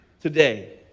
today